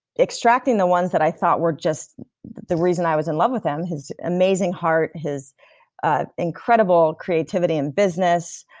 extracting the ones that i thought were just the reason i was in love with him, his amazing heart, his ah incredible creativity in business,